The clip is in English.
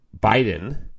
Biden